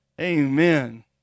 Amen